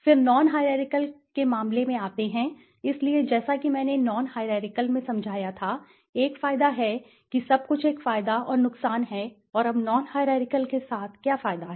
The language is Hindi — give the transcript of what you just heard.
फिर नॉन हाईरारकिअल के मामले में आते हैं इसलिए जैसा कि मैंने नॉन हाईरारकिअल में समझाया था एक फायदा है कि सब कुछ एक फायदा और नुकसान है और अब नॉन हाईरारकिअल के साथ क्या फायदा है